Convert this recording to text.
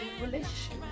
relationship